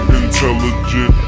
intelligent